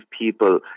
people